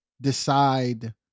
decide